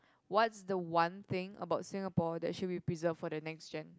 what's the one thing about Singapore that should be preserved for the next Gen